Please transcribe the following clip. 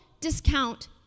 discount